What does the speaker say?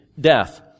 death